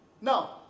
Now